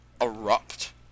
erupt